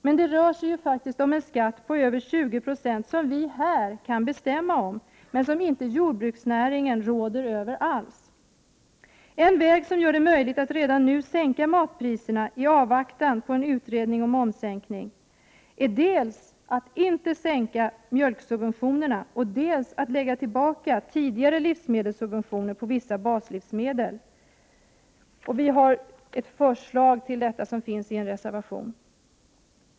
Men det rör sig ju faktiskt om en skatt på över 20 96 som vi här kan bestämma om, men som inte jordbruksnäringen råder över alls. En väg som gör det möjligt att redan nu sänka matpriserna i avvaktan på en utredning om hur en momssänkning skall genomföras är att dels inte sänka mjölksubventionerna, dels lägga tillbaka tidigare livsmedelssubventioner på vissa baslivsmedel. Vi har ett sådant förslag här i dag.